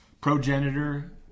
progenitor